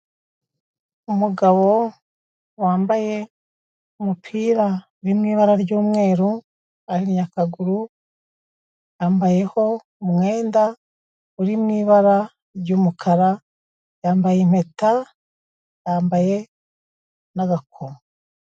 Umugabo wambaye umupira uri mu ibara ry'umweru, ahinnye akaguru, yambayeho umwenda uri mu ibara ry'umukara, yambaye impeta, yambaye n'agakomo.